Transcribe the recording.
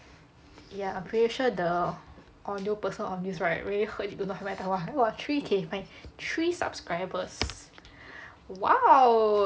ya pretty sure the audio person on this right already heard it don't know how many so many times !wah! three K three subscribers